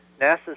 NASA